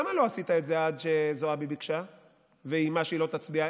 למה לא עשית את זה עד שזועבי ביקשה ואיימה שהיא לא תצביע,